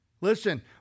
Listen